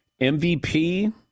MVP